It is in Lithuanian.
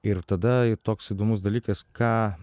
ir tada toks įdomus dalykas ką